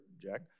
Jack